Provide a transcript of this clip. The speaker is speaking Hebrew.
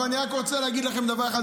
אבל אני רק רוצה להגיד לכם דבר אחד,